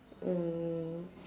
um